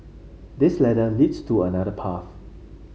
this ladder leads to another path